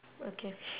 okay